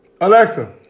Alexa